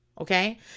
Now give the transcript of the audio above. okay